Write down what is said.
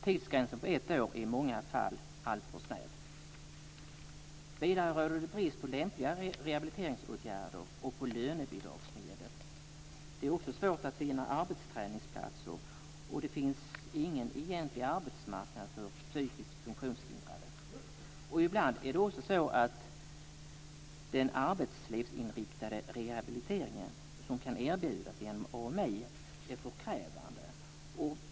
Tidsgränsen på ett år är i många fall alltför snäv. Vidare råder det brist på lämpliga rehabiliteringsåtgärder och på lönebidragsmedel. Det är också svårt att finna arbetsträningsplatser. Det finns ingen egentlig arbetsmarknad för psykiskt funktionshindrade. Ibland är det också så att den arbetslivsinriktade rehabilitering som kan erbjudas genom AMI är för krävande.